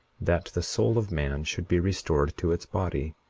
that the soul of man should be restored to its body,